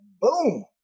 boom